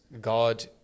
God